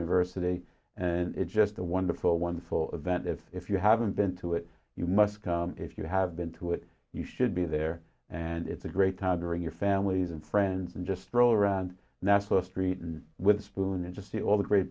university and it's just a wonderful wonderful event if if you haven't been to it you must come if you have been to it you should be there and it's a great time during your families and friends and just stroll around nassau street and with a spoon and just see all the great